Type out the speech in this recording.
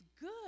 good